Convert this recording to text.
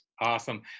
Awesome